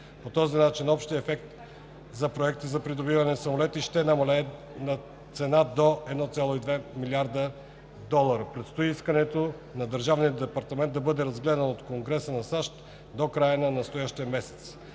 По този начин общият ефект за Проекта за придобиване на самолетите ще намалее цената до 1,2 млрд. долара. Предстои искането на Държавния департамент да бъде разгледано от Конгреса на САЩ до края на настоящия месец.